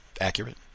accurate